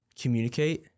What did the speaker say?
Communicate